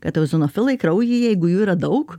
kad ozinofilai kraujyje jeigu jų yra daug